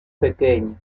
pequeños